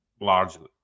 largely